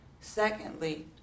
Secondly